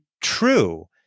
true